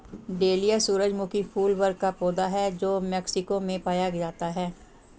dahlia सूरजमुखी फूल वर्ग का पौधा है जो मेक्सिको में पाया जाता है